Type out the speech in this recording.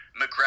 McGregor